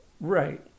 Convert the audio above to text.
right